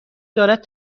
دارد